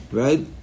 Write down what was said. right